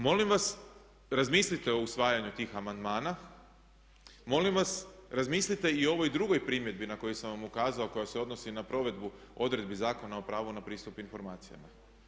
Molim vas, razmislite o usvajanju tih amandmana, molim vas razmislite i o ovoj drugoj primjedbi na koju sam vam ukazao koja se odnosi na provedbu odredbi Zakona o pravu na pristup informacijama.